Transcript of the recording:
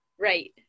Right